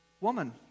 woman